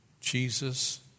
Jesus